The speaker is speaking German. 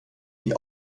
die